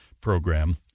program